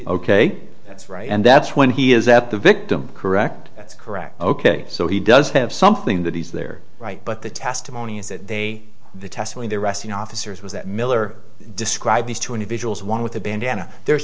ok that's right and that's when he is at the victim correct that's correct ok so he does have something that he's there right but the testimony is that they the testimony the arresting officers was that miller described these two individuals one with a bandana there's